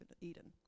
Eden